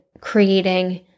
creating